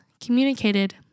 communicated